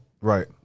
Right